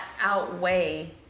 outweigh